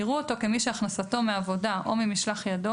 יראו אותו כמי שהכנסתו מעבודה או ממשלח ידו